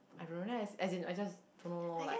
I don't know then as as in I just don't know loh like